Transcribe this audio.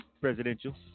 Presidential